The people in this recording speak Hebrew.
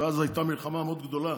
ואז הייתה מלחמה מאוד גדולה